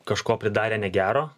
kažko pridarę negero